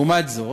לעומת זאת,